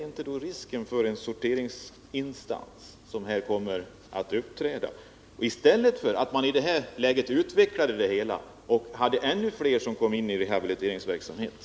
Finns det ingen risk för att vi på detta sätt får en utsorteringsinstans i stället för att man i detta läge utvecklar verksamheten och låter ännu fler få del av rehabiliteringen?